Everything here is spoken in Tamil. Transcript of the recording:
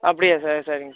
அப்படியா சார் சரிங்க சார்